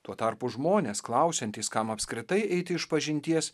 tuo tarpu žmonės klausiantys kam apskritai eiti išpažinties